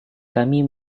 kami